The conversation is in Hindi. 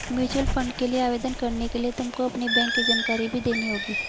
म्यूचूअल फंड के लिए आवेदन करने के लिए तुमको अपनी बैंक की जानकारी भी देनी होगी